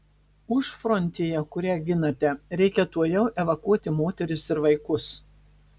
užfrontėje kurią ginate reikia tuojau evakuoti moteris ir vaikus